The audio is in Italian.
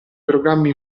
programmi